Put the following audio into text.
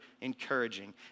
encouraging